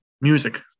music